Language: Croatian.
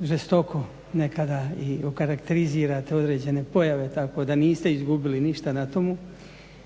žestoko nekada i okarakterizirate određene pojave tako da niste izgubili ništa na tomu.